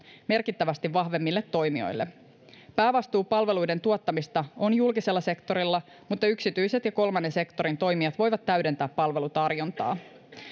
merkittävästi vahvemmille toimijoille päävastuu palveluiden tuottamisesta on julkisella sektorilla mutta yksityiset ja kolmannen sektorin toimijat voivat täydentää palvelutarjontaa